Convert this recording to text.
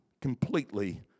completely